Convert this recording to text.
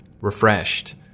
refreshed